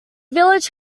village